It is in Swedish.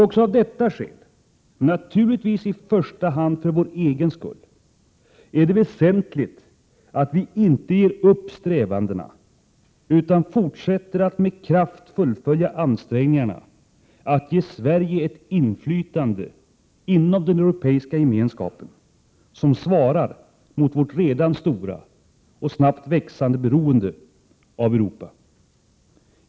Också av detta skäl, men naturligtvis i första hand för vår egen skull, är det väsentligt att vi inte ger upp strävandena utan fortsätter att med kraft fullfölja ansträngningarna att ge Sverige ett inflytande inom den europeiska gemenskapen som svarar mot vårt redan stora och snabbt växande beroende av Europa.